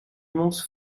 immense